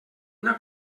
una